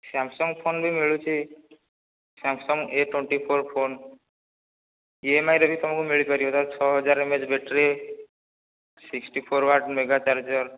Samsung phone ବି ମିଳୁଛି Samsung A twenty four phone ଇଏମ୍ଆଇରେ ବି ତମକୁ ମିଳିପାରିବ ଛଅ ହଜାର୍ ମଏଚ battery sixty four watt mega charger